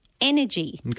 energy